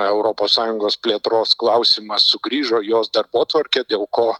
europos sąjungos plėtros klausimas sugrįžo į jos darbotvarkę dėl ko